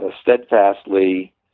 steadfastly